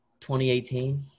2018